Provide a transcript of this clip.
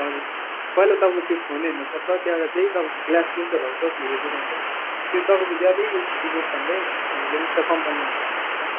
हजुर पहिला तपाईँ त्यो फोन हेर्नु पर्छ त्यहाँबाट त्यही तपाईँको ग्लास कुन चाहिँ लाउँछ त्यो हेरेर हुन्छ त्यो तपाईँको ज्यादै एलसिडी गएको छ भने चाहिँ हामीले उता कम्पनीमा पठाउनु पर्छ